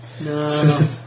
No